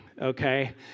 okay